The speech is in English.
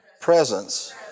presence